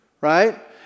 right